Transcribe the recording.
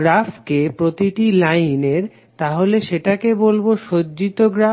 গ্রাফের প্রতিটি লাইনের তাহলে সেটাকে বলবো সজ্জিত গ্রাফ